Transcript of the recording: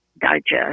digest